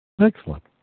Excellent